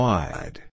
Wide